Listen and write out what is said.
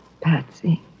Patsy